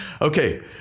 Okay